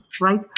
right